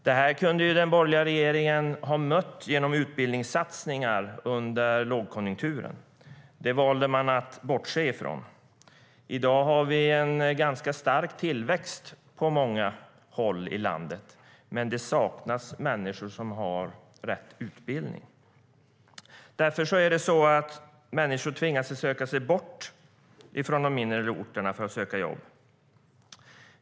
Det här kunde den borgerliga regeringen ha mött genom utbildningssatsningar under lågkonjunkturen, men det valde man att bortse ifrån. I dag har vi en ganska stark tillväxt på många håll i landet, men det saknas människor som har rätt utbildning. Därför tvingas människor söka sig bort från de mindre orterna för att söka jobb.